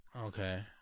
Okay